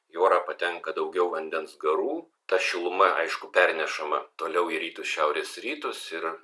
į orą patenka daugiau vandens garų ta šiluma aišku pernešama toliau į rytus šiaurės rytus ir